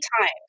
times